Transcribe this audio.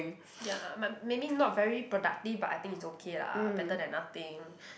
ya my maybe not very productive but I think it's okay lah better then nothing